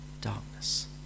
darkness